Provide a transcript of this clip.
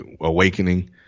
awakening